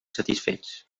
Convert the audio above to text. satisfets